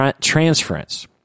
transference